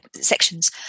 sections